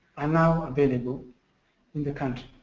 are now available in the country.